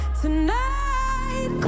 tonight